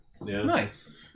Nice